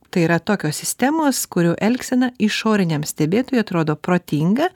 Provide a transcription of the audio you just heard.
tai yra tokios sistemos kurių elgsena išoriniam stebėtojui atrodo protinga